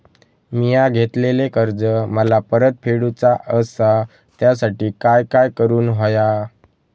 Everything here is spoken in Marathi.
मिया घेतलेले कर्ज मला परत फेडूचा असा त्यासाठी काय काय करून होया?